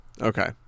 Okay